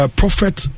prophet